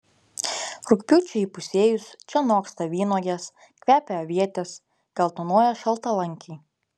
rugpjūčiui įpusėjus čia noksta vynuogės kvepia avietės geltonuoja šaltalankiai